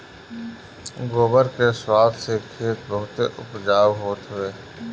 गोबर के खाद से खेत बहुते उपजाऊ होत हवे